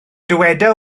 dyweda